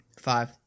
Five